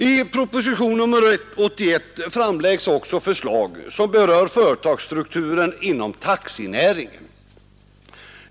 I propositionen 81 framläggs också förslag som berör företagsstrukturen inom taxinäringen.